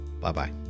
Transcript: Bye-bye